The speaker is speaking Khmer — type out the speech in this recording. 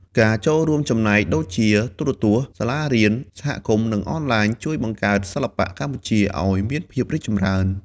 ការរួមចំណែកដូចជាទូរទស្សន៍ សាលារៀន សហគមន៍ និងអនឡាញ ជួយបង្កើតសិល្បៈកម្ពុជាឲ្យមានភាពចម្រើន។